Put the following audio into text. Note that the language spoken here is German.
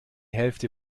hälfte